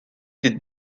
des